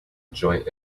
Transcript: joint